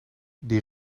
die